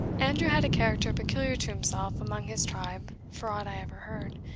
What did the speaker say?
andrew had a character peculiar to himself among his tribe for aught i ever heard.